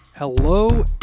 Hello